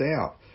out